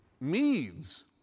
Medes